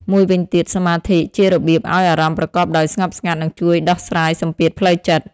មួយវិញទៀតសមាធិជារបៀបឲ្យអារម្មណ៍ប្រកបដោយស្ងប់ស្ងាត់នឹងជួយដោះស្រាយសម្ពាធផ្លូវចិត្ត។